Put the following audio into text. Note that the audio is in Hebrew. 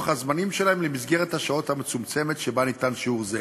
הזמנים שלהם למסגרת השעות המצומצמת שבה ניתן שירות זה.